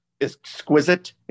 exquisite